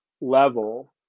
level